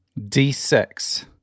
d6